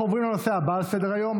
אנחנו עוברים לנושא הבא על סדר-היום,